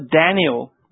Daniel